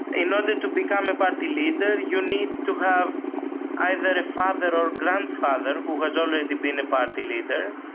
in order to become a party leader you need to have either a father or grandfather who has already been a party leader,